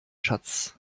schatz